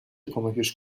کمکش